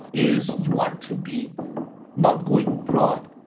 is you want to be not going broad,